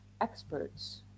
experts